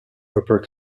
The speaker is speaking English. upper